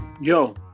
Yo